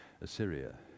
Assyria